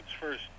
first